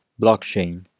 blockchain